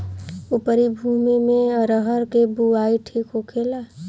उपरी भूमी में अरहर के बुआई ठीक होखेला?